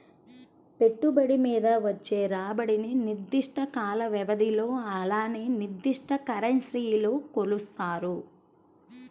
పెట్టుబడి మీద వచ్చే రాబడిని నిర్దిష్ట కాల వ్యవధిలో అలానే నిర్దిష్ట కరెన్సీలో కొలుత్తారు